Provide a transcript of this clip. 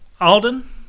Alden